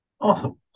Awesome